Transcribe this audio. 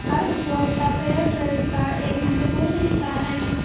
हर उपभोक्ता फेयरट्रेड का एक महत्वपूर्ण हिस्सा हैं